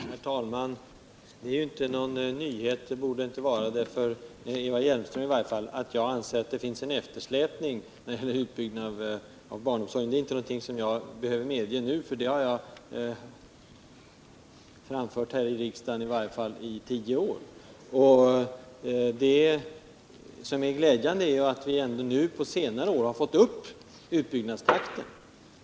Herr talman! Det är inte någon nyhet — det borde inte vara det för Eva Hjeimström i varje fall — att jag anser att det föreligger en eftersläpning i utbyggnaden av barnomsorgen. Det är ingenting som jag behöver medge nu, för det har jag framhållit här i riksdagen under tio år. Det som är glädjande, är att vi ändå nu på senare år har fått upp utbyggnadsstakten.